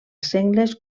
sengles